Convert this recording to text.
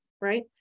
Right